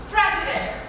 Prejudice